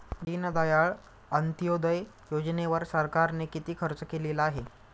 दीनदयाळ अंत्योदय योजनेवर सरकारने किती खर्च केलेला आहे?